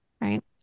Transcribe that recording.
Right